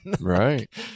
right